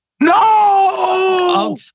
No